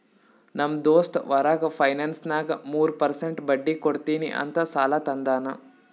ನಮ್ ದೋಸ್ತ್ ಹೊರಗ ಫೈನಾನ್ಸ್ನಾಗ್ ಮೂರ್ ಪರ್ಸೆಂಟ್ ಬಡ್ಡಿ ಕೊಡ್ತೀನಿ ಅಂತ್ ಸಾಲಾ ತಂದಾನ್